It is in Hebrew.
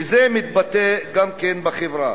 וזה מתבטא גם בחברה.